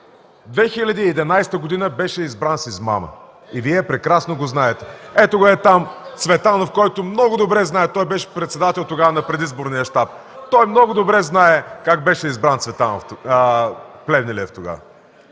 2011 г. беше избран с измама, и Вие прекрасно го знаете. Ето го там Цветанов, който много добре знае – тогава беше председател на Предизборния щаб. Той много добре знае как беше избран Плевнелиев тогава.